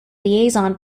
liaison